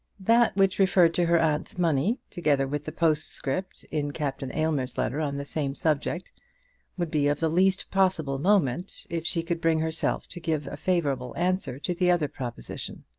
that which referred to her aunt's money, together with the postscript in captain aylmer's letter on the same subject would be of the least possible moment if she could bring herself to give a favourable answer to the other proposition.